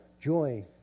joy